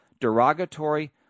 derogatory